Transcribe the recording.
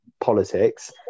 politics